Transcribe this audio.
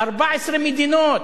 14 מדינות,